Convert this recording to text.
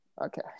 Okay